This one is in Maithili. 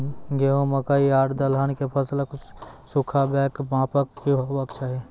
गेहूँ, मकई आर दलहन के फसलक सुखाबैक मापक की हेवाक चाही?